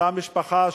אותה משפחה,